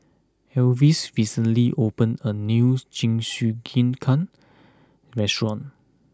Elvis recently opened a new Jingisukan restaurant